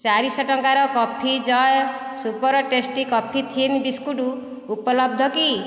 ଚାରି ଶହ ଟଙ୍କାର coffee Jay super tasty coffee thin biscuit ଉପଲବ୍ଧ କି